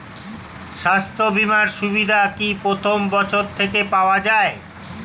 স্বাস্থ্য বীমার সুবিধা কি প্রথম বছর থেকে পাওয়া যায়?